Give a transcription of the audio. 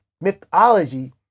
mythology